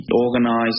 organized